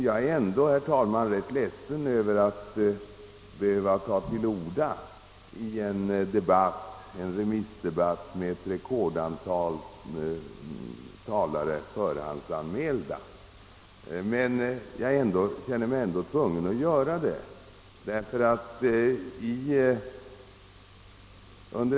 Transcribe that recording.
Jag är, herr talman, rätt ledsen över att behöva ta till orda i en remissdebatt med ett rekordantal talare förhandsanmälda. Jag känner mig i alla fall tvungen att göra det.